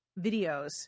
videos